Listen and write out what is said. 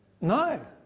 No